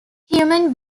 human